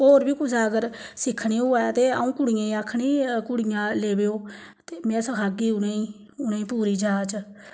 होर बी कुसै अगर सिक्खनी होऐ ते अ'ऊं कुड़ियें गी आखनी कुड़ियां लैवेओ ते मैं सखागी उ'नेंगी उ'नेंगी पूरी जाह्च